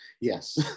Yes